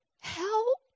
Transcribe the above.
help